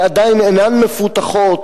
שעדיין אינן מפותחות,